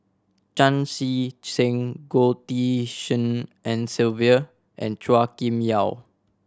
Chan Chee Seng Goh Tshin En Sylvia and Chua Kim Yeow